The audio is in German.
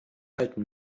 alten